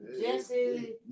jesse